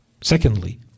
secondly